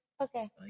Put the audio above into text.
Okay